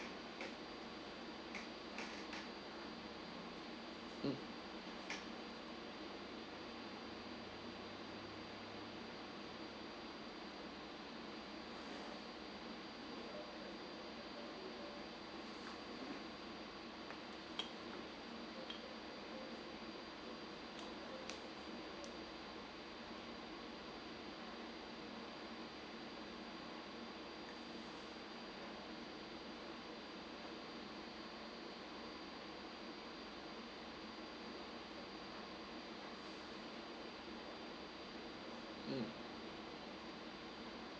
mm mm